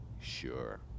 Sure